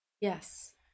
Yes